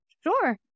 Sure